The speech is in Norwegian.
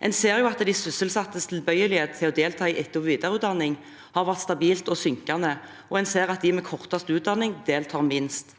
En ser at de sysselsattes tilbøyelighet til å delta i etter- og videreutdanning har vært stabil og synkende, og en ser at de med kortest utdanning deltar minst.